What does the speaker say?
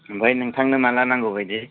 ओमफ्राय नोंथांनो माब्ला नांगौ बायदि